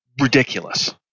ridiculous